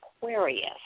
Aquarius